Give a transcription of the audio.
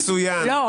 לא.